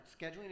scheduling